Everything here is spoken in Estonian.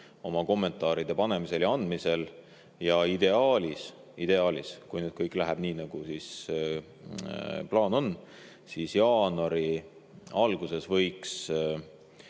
oma kommentaaride panemisel ja andmisel. Ja ideaalis, kui kõik läheb nii, nagu plaan on, siis jaanuari alguses võiks